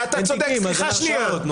אין עבירה ולכן אין תיקים ואז אין הרשעה.